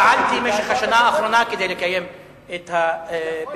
שפעלתי במשך השנה האחרונה כדי לקיים את הביקור,